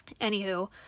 anywho